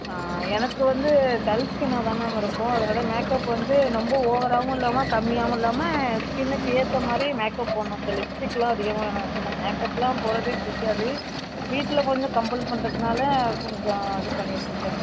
எனக்கு வந்து டல் ஸ்கின்னாக தான் மேம் இருக்கும் அதனால் மேக்கப் வந்து ரொம்ப ஓவராகவும் இல்லாமல் கம்மியாகவும் இல்லாமல் ஸ்கின்னுக்கு ஏற்ற மாதிரி மேக்கப் போடணும் இந்த லிப்ஸ்டிக்லாம் அதிகமாக வேணாம் அதுதான் மேக்கப்லாம் போடுறதே பிடிக்காது வீட்டில கொஞ்சம் கம்ப்பல் பண்ணுறதுனால கொஞ்சம் இது பண்ணிகிட்டுருக்கேன்